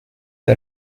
are